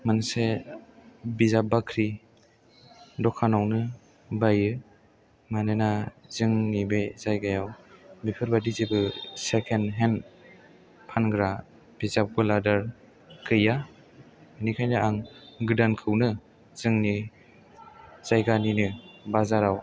मोनसे बिजाब बाख्रि दखानावनो बाइयो मानोना जोंनि बे जायगायाव बेफोरबायदि जेबो सेकेण्ड हेन्द फानग्रा बिजाब गलादार गैया बिनिखायनो आं गोदानखौनो जोंनि जायगानिनो बाजाराव